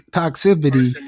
toxicity